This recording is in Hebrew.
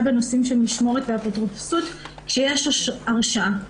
בנושאים של משמורת ואפוטרופסות כשיש הרשעה.